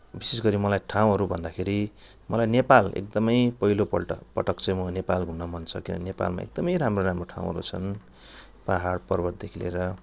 विशेषगरी मलाई ठाउँहरू भन्दाखेरि मलाई नेपाल एकदमै पहिलोपल्ट पटक चाहिँ म नेपाल घुम्न मन छ किनभने नेपालमा एकदमै राम्रो राम्रो ठाउँहरू छन् पाहाड पर्वतदेखि लिएर